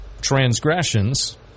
transgressions